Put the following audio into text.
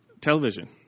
television